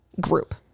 group